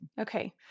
Okay